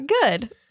Good